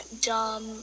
dumb